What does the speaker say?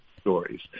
stories